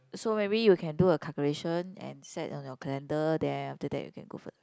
so maybe you can do a calculation and set on your calendar then after that you can go for